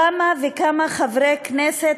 כמה וכמה חברי כנסת,